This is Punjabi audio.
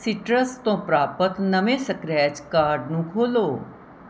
ਸੀਟਰਸ ਤੋਂ ਪ੍ਰਾਪਤ ਨਵੇਂ ਸਕ੍ਰੈਚ ਕਾਰਡ ਨੂੰ ਖੋਲ੍ਹੋ